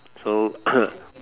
so